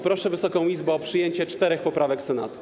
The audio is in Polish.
Proszę Wysoką Izbę o przyjęcie czterech poprawek Senatu.